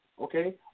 okay